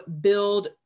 build